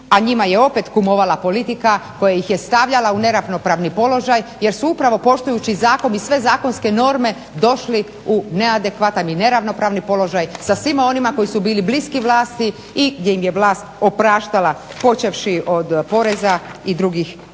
a njima je opet kumovala politika koja ih je stavljala u neravnopravni položaj jer su upravo poštujući zakon i sve zakonske norme došli u neadekvatan i neravnopravni položaj sa svima onima koji su bili bliski vlasti i gdje im je vlast opraštala, počevši od poreza i drugih